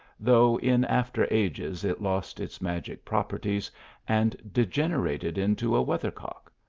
though in after ages it lost its magic properties and degenerated into a weathercock.